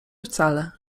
wcale